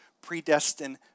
predestined